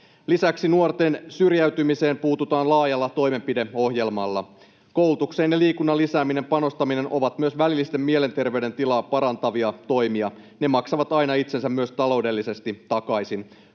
Lisäksi nuorten syrjäytymiseen puututaan laajalla toimenpideohjelmalla. Koulutukseen ja liikunnan lisäämiseen panostaminen ovat välillisesti myös mielenterveyden tilaa parantavia toimia. Ne maksavat itsensä aina myös taloudellisesti takaisin.